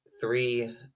three